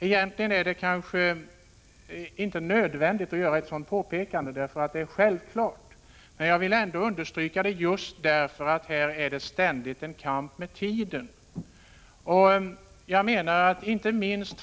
Egentligen är det kanske inte nödvändigt att göra ett sådant påpekande därför att det är självklart, men jag vill ändå understryka det därför att vi för en ständig kamp med tiden.